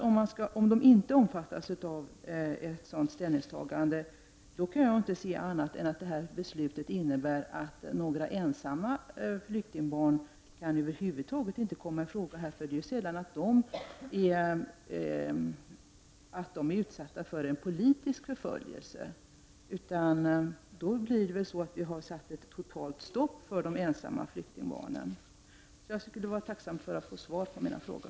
Om de inte omfattas av ett sådant måste detta enligt min uppfattning innebära att några ensamma flyktingbarn över huvud taget inte kan komma i fråga i detta sammanhang, eftersom de sällan är utsatta för politisk förföljelse. I så fall måste det innebära att Sverige har satt ett totalstopp för de ensamma flyktingbarnens möjlighet att få stanna i Sverige. Jag vore tacksam att få svar på mina frågor.